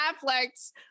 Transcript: Affleck's